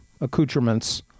accoutrements